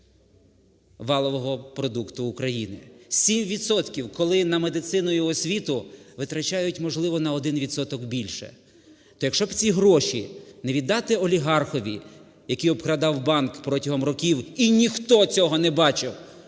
валового продукту України. 7 відсотків, коли на медицину і освіту витрачають, можливо, на 1 відсоток більше. Та, якщо б ці гроші не віддати олігархові, який обкрадав банк протягом років і ніхто цього не бачив,